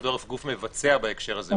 הוא גוף מבצע בהקשר הזה.